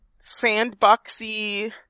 sandboxy